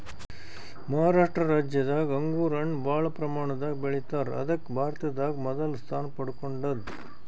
ಮಹಾರಾಷ್ಟ ರಾಜ್ಯದಾಗ್ ಅಂಗೂರ್ ಹಣ್ಣ್ ಭಾಳ್ ಪ್ರಮಾಣದಾಗ್ ಬೆಳಿತಾರ್ ಅದಕ್ಕ್ ಭಾರತದಾಗ್ ಮೊದಲ್ ಸ್ಥಾನ ಪಡ್ಕೊಂಡದ್